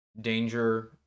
danger